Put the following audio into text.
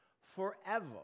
forever